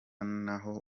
naho